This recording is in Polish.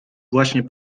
właśnie